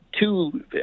two